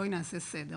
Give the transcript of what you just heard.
בואי נעשה סדר.